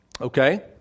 Okay